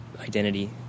identity